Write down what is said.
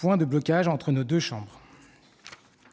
sujet de blocage entre nos deux chambres.